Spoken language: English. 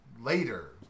later